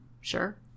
Sure